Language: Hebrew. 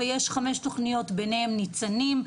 ויש חמש תכניות ביניהן ניצנים,